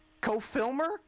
Co-filmer